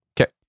okay